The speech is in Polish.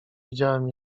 widziałam